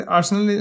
Arsenal